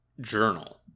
journal